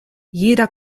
jeder